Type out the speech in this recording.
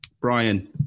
Brian